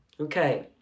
okay